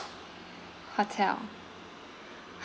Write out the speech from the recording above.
hotel